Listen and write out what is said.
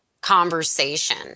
conversation